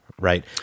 right